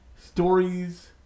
stories